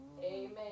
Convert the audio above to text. Amen